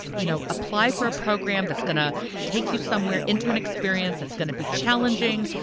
you know, apply for a program that's going to take you somewhere into an experience that's going to be challenging,